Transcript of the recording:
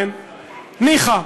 ניחא.